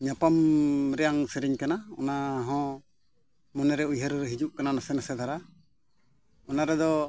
ᱧᱟᱯᱟᱢ ᱨᱮᱭᱟᱜ ᱥᱮᱨᱮᱧ ᱠᱟᱱᱟ ᱚᱱᱟ ᱦᱚᱸ ᱢᱚᱱᱮ ᱨᱮ ᱩᱭᱦᱟᱹᱨ ᱨᱮ ᱦᱤᱡᱩᱜ ᱠᱟᱱᱟ ᱱᱟᱥᱮᱼᱱᱟᱥᱮ ᱫᱷᱟᱨᱟ ᱚᱱᱟ ᱨᱮᱫᱚ